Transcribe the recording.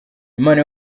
impano